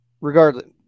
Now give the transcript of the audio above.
regardless